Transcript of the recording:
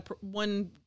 one